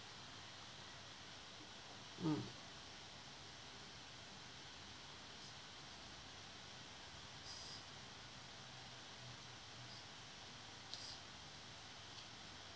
mm